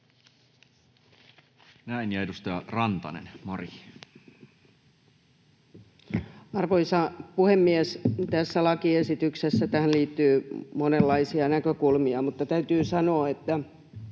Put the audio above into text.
— Ja edustaja Rantanen, Mari. Arvoisa puhemies! Tähän lakiesitykseen liittyy monenlaisia näkökulmia, mutta täytyy sanoa, että